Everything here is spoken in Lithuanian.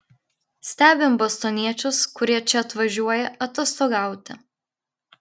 stebim bostoniečius kurie čia atvažiuoja atostogauti